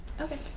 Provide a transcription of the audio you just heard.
Okay